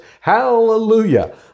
Hallelujah